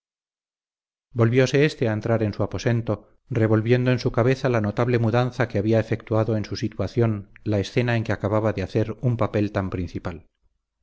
magnánimo doncel volvióse éste a entrar en su aposento revolviendo en su cabeza la notable mudanza que había efectuado en su situación la escena en que acababa de hacer un papel tan principal